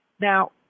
Now